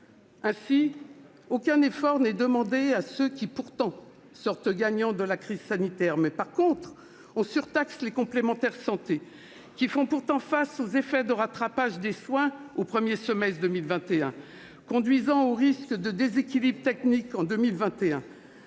Ainsi, aucun effort n'est demandé à ceux qui sortent gagnants de la crise sanitaire. En revanche, on surtaxe les complémentaires santé, qui font pourtant face aux effets de rattrapage des soins au premier semestre 2021, conduisant au risque de déséquilibres techniques la